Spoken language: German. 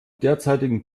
derzeitigen